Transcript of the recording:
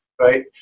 right